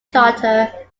charter